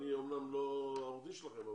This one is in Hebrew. אני אמנם לא עורך הדין שלכם,